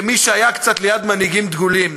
כמי שהיה קצת ליד מנהיגים דגולים,